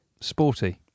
sporty